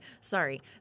Sorry